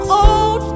old